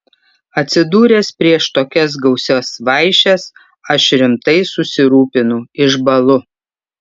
atsidūręs prieš tokias gausias vaišes aš rimtai susirūpinu išbąlu